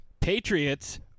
Patriots